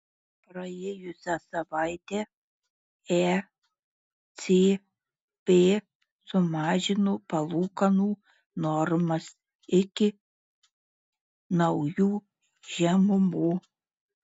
praėjusią savaitę ecb sumažino palūkanų normas iki naujų žemumų